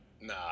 Nah